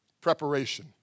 Preparation